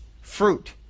fruit